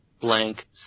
blank